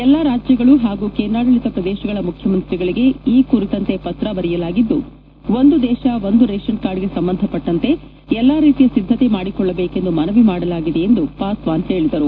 ಎಲ್ಲಾ ರಾಜ್ಯಗಳು ಹಾಗೂ ಕೇಂದ್ರಾಡಳಿತ ಪ್ರದೇಶಗಳ ಮುಖ್ಯಮಂತ್ರಿಗಳಿಗೆ ಈ ಕುರಿತಂತೆ ಪತ್ರ ಬರೆಯಲಾಗಿದ್ದು ಒಂದು ದೇಶ ಒಂದು ರೇಷನ್ ಕಾರ್ಡ್ಗೆ ಸಂಬಂಧಪಟ್ಟಂತೆ ಎಲ್ಲಾ ರೀತಿಯ ಸಿದ್ದತೆ ಮಾಡಿಕೊಳ್ಳಬೇಕೆಂದು ಮನವಿ ಮಾಡಲಾಗಿದೆ ಎಂದು ಪಾಸ್ವಾನ್ ಹೇಳಿದರು